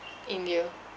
india